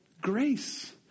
grace